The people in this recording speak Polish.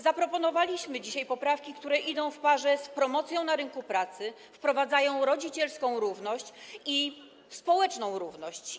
Zaproponowaliśmy dzisiaj poprawki, które idą w parze z promocją na rynku pracy, wprowadzają rodzicielską i społeczną równość.